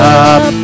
up